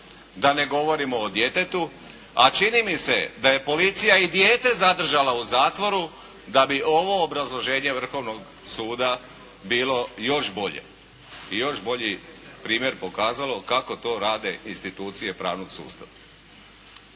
da ne govorimo o djetetu, a čini mi se da je policija i dijete zadržala u zatvoru da bi ovo obrazloženje Vrhovnog suda bilo još bolje i još bolji primjer pokazalo kako to rade institucije pravnog sustava.